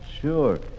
Sure